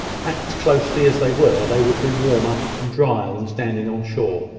packed closely as they were, they would be warmer and drier than standing on shore